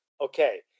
okay